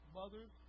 mothers